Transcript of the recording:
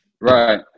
right